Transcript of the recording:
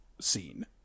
scene